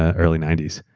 ah early ninety s.